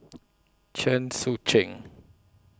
Chen Sucheng